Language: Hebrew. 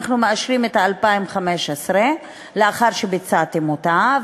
אנחנו מאשרים את 2015 לאחר שביצעתם אותה,